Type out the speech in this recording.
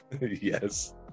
Yes